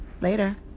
Later